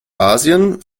asien